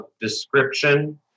description